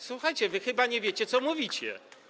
Słuchajcie, wy chyba nie wiecie, co mówicie.